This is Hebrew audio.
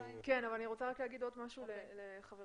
רוצה לומר עוד משהו לחברתי.